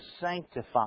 sanctify